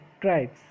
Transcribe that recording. Tribes